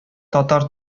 татар